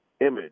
Image